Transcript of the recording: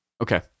Okay